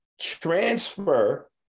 transfer